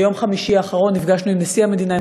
ביום חמישי האחרון נפגשנו עם נשיא המדינה,